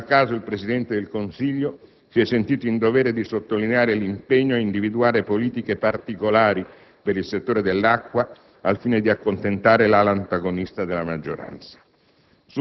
Non a caso il Presidente del Consiglio si è sentito in dovere di sottolineare l'impegno ad individuare politiche particolari per il settore dell'acqua, al fine di accontentare l'ala antagonista della maggioranza.